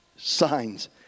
signs